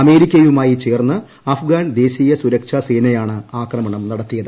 അമേരിക്കയുമായി ചേർന്ന് അഫ്ഗാൻ ദേശീയസുരക്ഷാസേനയാണ് ആക്രമണം നടത്തിയത്